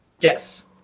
Yes